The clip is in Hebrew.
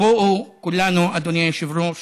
בואו, כולנו, אדוני היושב-ראש,